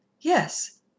Yes